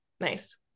nice